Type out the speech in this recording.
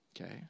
okay